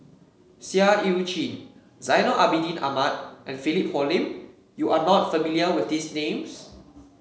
Seah Eu Chin Zainal Abidin Ahmad and Philip Hoalim You are not familiar with these names